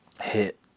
hit